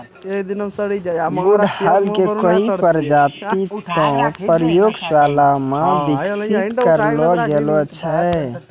गुड़हल के कई प्रजाति तॅ प्रयोगशाला मॅ विकसित करलो गेलो छै